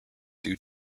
due